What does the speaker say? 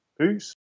Peace